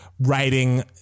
Writing